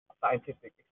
scientific